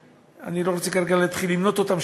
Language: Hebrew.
אני לא רוצה כרגע להתחיל למנות אותם,